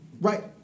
right